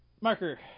marker